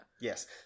Yes